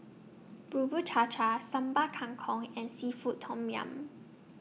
Bubur Cha Cha Sambal Kangkong and Seafood Tom Yum